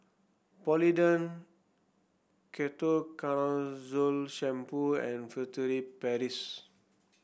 Polident Ketoconazole Shampoo and Furtere Paris